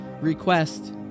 request